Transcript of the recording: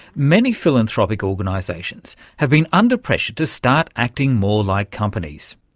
many philanthropic organisations have been under pressure to start acting more like companies,